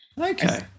Okay